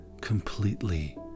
completely